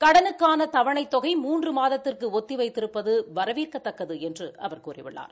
கடனுக்கான தவணைத் தொகை மூன்று மாதத்திற்கு ஒத்தி வைத்திருப்பது வரவேற்கத்தக்கது என்று அவர் கூறியுள்ளார்